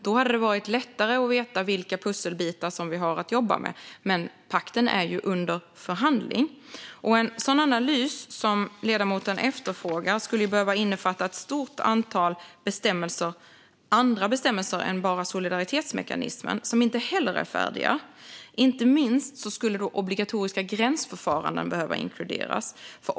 Då hade det varit lättare att veta vilka pusselbitar vi har att jobba med. Pakten är under förhandling. En sådan analys som ledamoten efterfrågar skulle behöva innefatta ett stort antal bestämmelser - andra bestämmelser än bara solidaritetsmekanismen - som inte heller är färdiga. Inte minst skulle då obligatoriska gränsförfaranden behöva inkluderas.